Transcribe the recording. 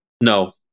No